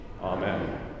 Amen